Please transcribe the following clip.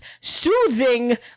soothing